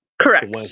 correct